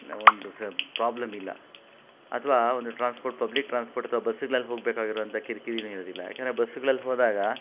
ಒಂದು ಸ ಪ್ರಾಬ್ಲಮ್ ಇಲ್ಲ ಅಥ್ವಾ ಒಂದು ಟ್ರಾನ್ಸ್ಪೋರ್ಟ್ ಪಬ್ಲಿಕ್ ಟ್ರಾನ್ಸ್ಪೋರ್ಟ್ ಅಥವಾ ಬಸ್ಗಳಲ್ ಹೋಗ್ಬೇಕಾಗಿರುವಂಥ ಕಿರ್ಕಿರಿ ಇರೋದಿಲ್ಲ ಯಾಕಂದರೆ ಬಸ್ಗಳಲ್ ಹೋದಾಗ